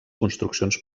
construccions